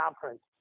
conference